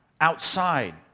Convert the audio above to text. outside